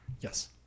Yes